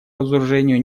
разоружению